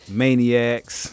maniacs